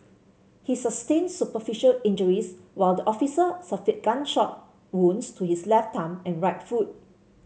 he sustained superficial injuries while the officer suffered gunshot wounds to his left thumb and right foot